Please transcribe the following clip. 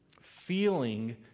Feeling